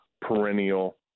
perennial